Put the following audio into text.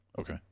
Okay